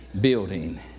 building